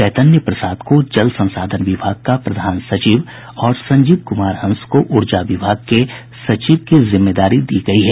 चैतन्य प्रसाद को जल संसाधन विभाग का प्रधान सचिव और संजीव कुमार हंस को ऊर्जा विभाग के सचिव की जिम्मेदारी दी गयी है